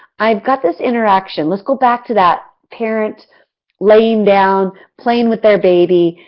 i've got this interaction, let's go back to that parent laying down playing with their baby,